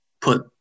put